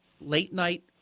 late-night